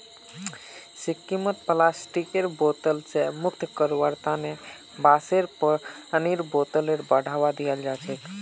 सिक्किमत प्लास्टिकेर बोतल स मुक्त रखवार तना बांसेर पानीर बोतलेर बढ़ावा दियाल जाछेक